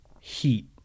heat